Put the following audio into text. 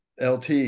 LT